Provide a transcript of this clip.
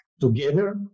together